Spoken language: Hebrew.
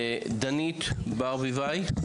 דנית ברביבאי.